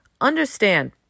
understand